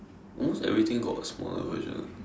almost everything got a smaller version [what]